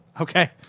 okay